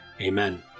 Amen